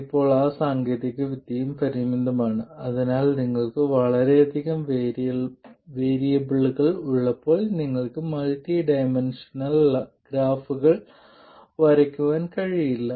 ഇപ്പോൾ ആ സാങ്കേതികവിദ്യയും പരിമിതമാണ് അതിനാൽ നിങ്ങൾക്ക് വളരെയധികം വേരിയബിളുകൾ ഉള്ളപ്പോൾ നിങ്ങൾക്ക് മൾട്ടി ഡൈമൻഷണൽ ഗ്രാഫുകൾ വരയ്ക്കാൻ കഴിയില്ല